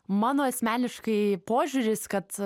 mano asmeniškai požiūris kad